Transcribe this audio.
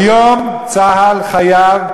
היום צה"ל חייב,